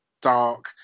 dark